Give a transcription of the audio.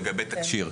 לגבי התקשי"ר,